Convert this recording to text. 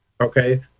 okay